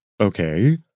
Okay